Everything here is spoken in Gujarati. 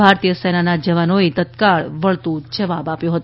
ભારતીય સેનાના જવાનોએ તત્કાળ વળતો જવાબ આપ્યો હતો